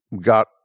got